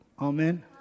Amen